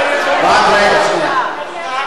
רק רגע, שנייה.